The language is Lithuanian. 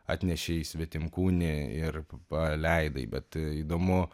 atnešė į svetimkūnį ir paleidai bet įdomu